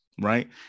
right